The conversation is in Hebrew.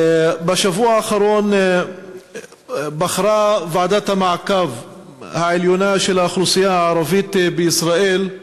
בשבוע האחרון בחרה ועדת המעקב העליונה של האוכלוסייה הערבית בישראל את